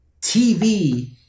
TV